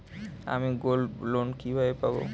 আমি গোল্ডলোন কিভাবে পাব?